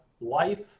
life